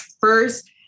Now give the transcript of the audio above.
first